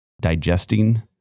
digesting